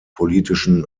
politischen